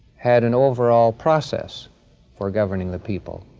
had an overall process for governing the people.